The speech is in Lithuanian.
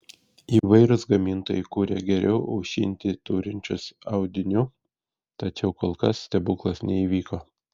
įvairūs gamintojai kuria geriau aušinti turinčius audiniu tačiau kol kas stebuklas neįvyko